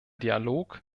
dialog